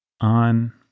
on